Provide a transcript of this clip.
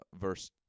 verse